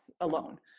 alone